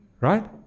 right